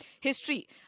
history